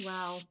Wow